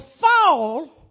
fall